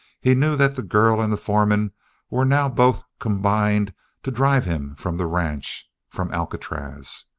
he knew that the girl and the foreman were now both combined to drive him from the ranch, from alcatraz.